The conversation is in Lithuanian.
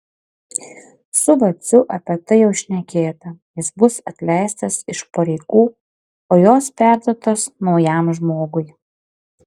su vaciu apie tai jau šnekėta jis bus atleistas iš pareigų o jos perduotos naujam žmogui